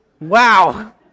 Wow